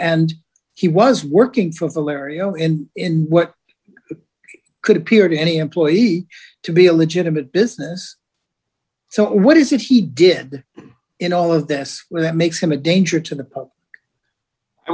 and he was working for the area in what could appear to any employee to be a legitimate business so what he said he did in all of this well that makes him a danger to the i